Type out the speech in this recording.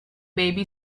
baby